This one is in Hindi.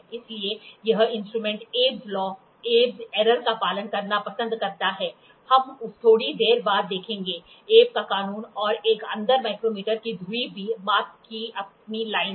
इसलिए यह इंस्ट्रूमेंट अबे के कानूनAbbes law अबे की त्रुटि Abbes errorका पालन करना पसंद करता है हम उस थोड़ी देर बाद देखेंगे अबे का कानून और एक अंदर माइक्रोमीटर की धुरी भी माप की अपनी लाइन है